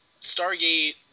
Stargate